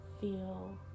feel